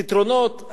פתרונות,